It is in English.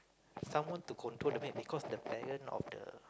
someone to control the maid because the parent of the